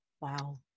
Wow